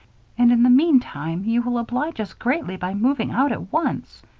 and in the meantime you will oblige us greatly by moving out at once.